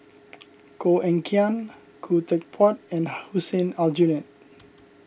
Koh Eng Kian Khoo Teck Puat and Hussein Aljunied